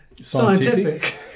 scientific